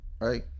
Right